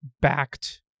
backed